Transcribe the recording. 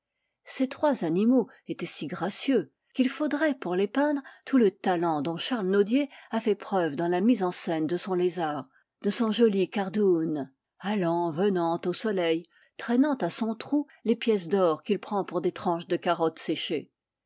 ces trois animaux étaient si gracieux qu'il faudrait pour les peindre tout le talent dont charles nodier a fait preuve dans la mise en scène de son lézard son joli kardououn allant venant au soleil tramant à son trou les pièces d'or qu'il prend pour des tranches de carottes séchées